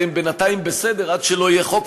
והם בינתיים בסדר עד שלא יהיה חוק,